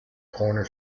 corner